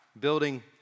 building